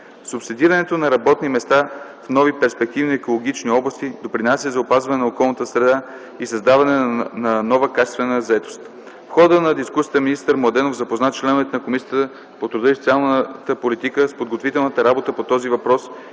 Субсидирането на работни места в нови перспективни екологични области допринася за опазване на околната среда и създаване на нова качествена заетост. В хода на дискусията министър Младенов запозна членовете на Комисията по труда и социалната политика с подготвителната работа по този въпрос